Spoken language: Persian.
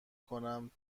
کنم